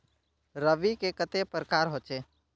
रवि के कते प्रकार होचे?